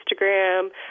Instagram